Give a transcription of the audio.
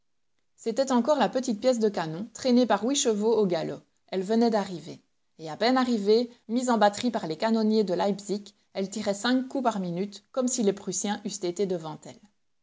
c'était encore la petite pièce de canon traînée par huit chevaux au galop elle venait d'arriver et à peine arrivée mise en batterie par les canonniers de leipzig elle tirait cinq coups par minute comme si les prussiens eussent été devant elle